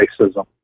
racism